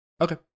Okay